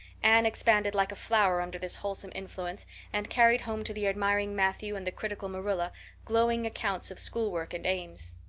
anne expanded like a flower under this wholesome influence and carried home to the admiring matthew and the critical marilla glowing accounts of schoolwork and aims.